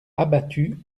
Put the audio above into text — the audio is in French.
abattus